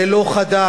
זה לא חדש,